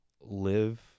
live